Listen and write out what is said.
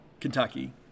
Kentucky